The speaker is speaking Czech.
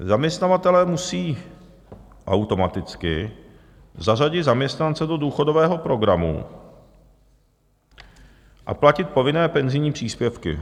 Zaměstnavatelé musí automaticky zařadit zaměstnance do důchodového programu a platit povinné penzijní příspěvky.